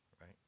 right